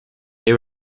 they